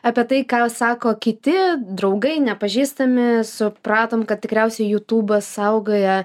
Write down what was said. apie tai ką sako kiti draugai nepažįstami supratom kad tikriausiai jutūbas saugoja